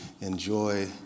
enjoy